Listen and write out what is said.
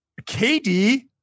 KD